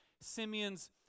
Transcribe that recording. Simeon's